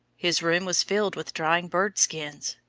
his room was filled with drying bird skins,